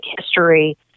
history